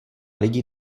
lidí